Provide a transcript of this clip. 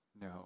No